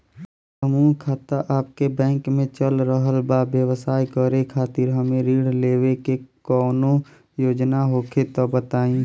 समूह खाता आपके बैंक मे चल रहल बा ब्यवसाय करे खातिर हमे ऋण लेवे के कौनो योजना होखे त बताई?